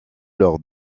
leur